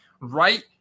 right